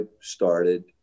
started